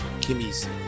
Kimmy's